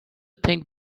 think